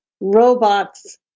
robots